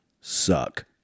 suck